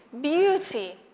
beauty